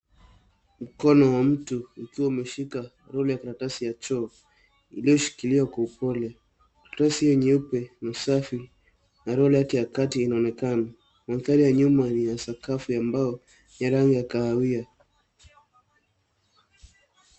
Mkono wa mtu ukiwa umeshika karatasi ya choo ulioshikiliwa kwa upole. Tosi nyeupe, ni safi na rangi yake inaonekana. Mandhari ya nyuma ni ya sakafu ya mbao ya rangi ya kahawia.